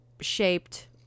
shaped